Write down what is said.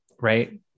right